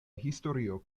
historio